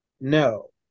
no